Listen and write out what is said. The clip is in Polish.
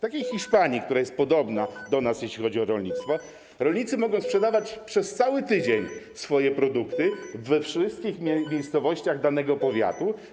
W takiej Hiszpanii, która jest podobna do nas, jeśli chodzi o rolnictwo, rolnicy mogą sprzedawać przez cały tydzień swoje produkty we wszystkich miejscowościach danego powiatu.